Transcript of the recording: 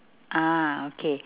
ah okay